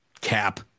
Cap